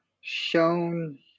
Shown